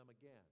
again